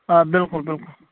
آ بلکُل بلکُل